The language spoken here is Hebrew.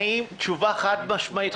תשובה חד-משמעית,